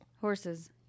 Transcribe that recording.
horses